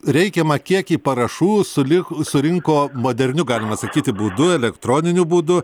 reikiamą kiekį parašų sulig surinko moderniu galima sakyti būdu elektroniniu būdu